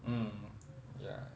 mm ya